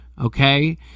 okay